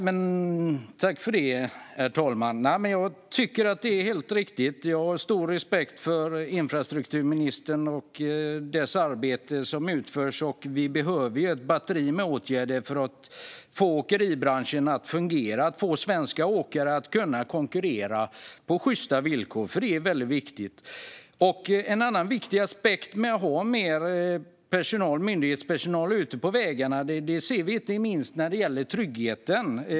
Herr talman! Jag tycker att det är helt riktigt. Jag har stor respekt för infrastrukturministern och det arbete som utförs. Vi behöver ett batteri av åtgärder för att få åkeribranschen att fungera och att få svenska åkare att kunna konkurrera på sjysta villkor. Det är väldigt viktigt. En annan viktig aspekt med att ha mer myndighetspersonal ute på vägarna är inte minst tryggheten.